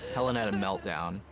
helen had a meltdown.